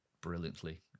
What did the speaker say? brilliantly